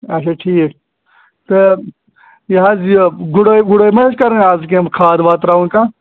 اَچھا ٹھیٖک تہٕ یہِ حظ یہِ گُڈٲے وُڈٲے ما حظ کَرٕنۍ اَز کیٚنٛہہ کھاد واد ترٛاوُن کانٛہہ